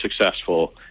successful